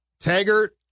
Taggart